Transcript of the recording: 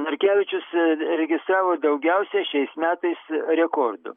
narkevičius registravo daugiausia šiais metais rekordų